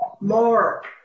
Mark